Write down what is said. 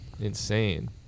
Insane